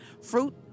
fruit